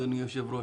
אדוני היושב-ראש,